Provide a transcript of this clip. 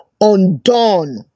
undone